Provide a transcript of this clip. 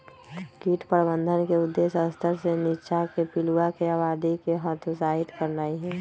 कीट प्रबंधन के उद्देश्य स्तर से नीच्चाके पिलुआके आबादी के हतोत्साहित करनाइ हइ